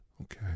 okay